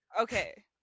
Okay